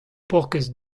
paourkaezh